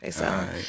right